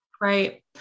right